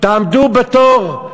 תעמדו בתור,